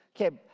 okay